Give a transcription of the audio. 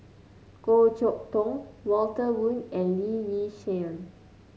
Goh Chok Tong Walter Woon and Lee Yi Shyan